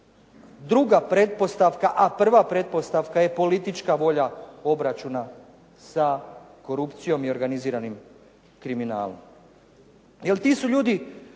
druga pretpostavka, a prva pretpostavka je politička volja obračuna sa korupcijom i organiziranim kriminalom